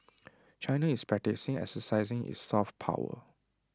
China is practising exercising its soft power